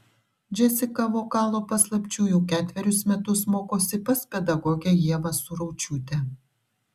džesika vokalo paslapčių jau ketverius metus mokosi pas pedagogę ievą suraučiūtę